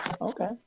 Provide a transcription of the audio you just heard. Okay